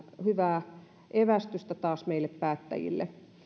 hyvää evästystä taas meille päättäjille